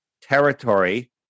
territory